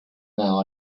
now